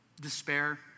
Despair